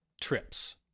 trips